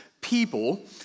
people